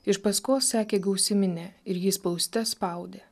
iš paskos sekė gausi minia ir jį spauste spaudė